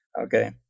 okay